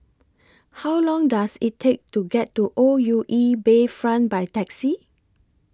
How Long Does IT Take to get to O U E Bayfront By Taxi